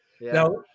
Now